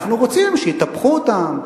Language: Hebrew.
אנחנו רוצים שיטפחו אותם,